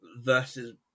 versus